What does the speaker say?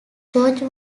george